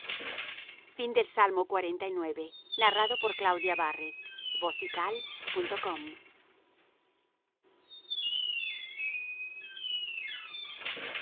salmo de david